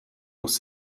muss